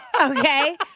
Okay